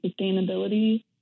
sustainability